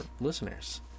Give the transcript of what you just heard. listeners